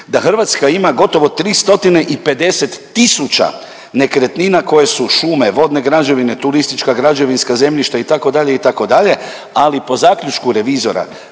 da Hrvatska ima gotovo 350 tisuća nekretnina koje su šume, vodne građevine, turistička građevinska zemljišta, itd., itd., ali po zaključku revizora,